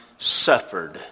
Suffered